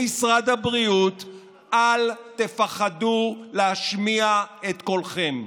במשרד הבריאות: אל תפחדו להשמיע את קולכם.